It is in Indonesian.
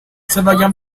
sebagian